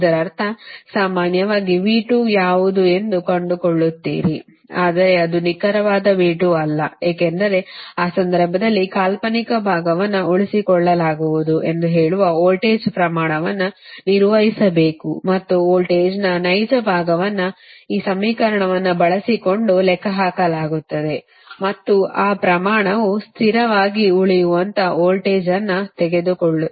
ಇದರರ್ಥ ಸಾಮಾನ್ಯವಾಗಿ V2 ಯಾವುದು ಎಂದು ಕಂಡುಕೊಳ್ಳುತ್ತೀರಿ ಆದರೆ ಅದು ನಿಖರವಾದ V2 ಅಲ್ಲ ಏಕೆಂದರೆ ಆ ಸಂದರ್ಭದಲ್ಲಿ ಕಾಲ್ಪನಿಕ ಭಾಗವನ್ನು ಉಳಿಸಿಕೊಳ್ಳಲಾಗುವುದು ಎಂದು ಹೇಳುವ ವೋಲ್ಟೇಜ್ ಪ್ರಮಾಣವನ್ನು ನಿರ್ವಹಿಸಬೇಕು ಮತ್ತು ವೋಲ್ಟೇಜ್ನ ನೈಜ ಭಾಗವನ್ನು ಈ ಸಮೀಕರಣವನ್ನು ಬಳಸಿಕೊಂಡು ಲೆಕ್ಕಹಾಕಲಾಗುತ್ತದೆ ಮತ್ತು ಆ ಪ್ರಮಾಣವು ಸ್ಥಿರವಾಗಿ ಉಳಿಯುವಂತಹ ವೋಲ್ಟೇಜ್ ಅನ್ನು ತೆಗೆದುಕೊಳ್ಳಲಾಗುತ್ತದೆ